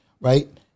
right